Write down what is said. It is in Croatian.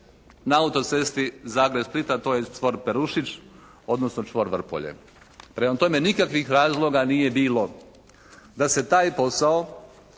na Autocesti Zagreb – Split, a to je čvor Perušić, odnosno čvor Vrpolje. Prema tome nikakvih razloga nije bilo da se taj posao